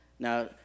Now